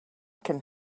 can